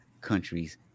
countries